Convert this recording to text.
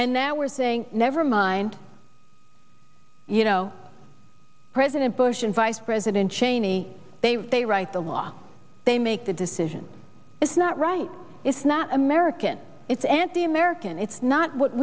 and now we're saying never mind you know president bush and vice president cheney they they write the law they make the decision it's not right it's not american it's anti american it's not what